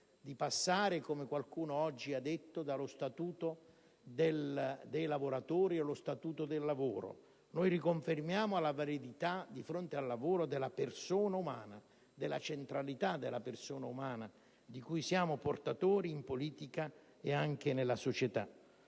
di passare, come qualcuno oggi ha detto, dallo Statuto dei lavoratori allo Statuto del lavoro. Riconfermiamo la validità di fronte al lavoro della persona umana, la centralità della persona umana, di cui siamo portatori in politica ed anche nella società.